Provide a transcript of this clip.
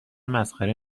مسخره